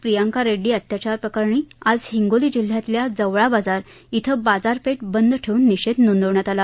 प्रियंका रेड्डी अत्याचार प्रकरणी आज हिंगोली जिल्ह्यातील जवळा बाजार इथं बाजार पेठ बंद ठेवन निषेध नोंदवण्यात आला